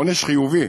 עונש חיובי.